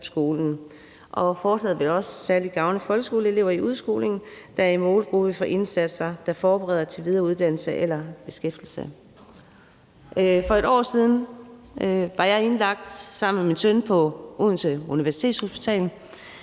Forslaget vil særlig gavne folkeskoleelever i udskolingen, der er en målgruppe for indsatser, der forbereder til videreuddannelse eller beskæftigelse. For et år siden var jeg indlagt sammen med min søn på Odense Universitetshospital.